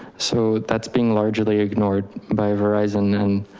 so that's being largely ignored by verizon. and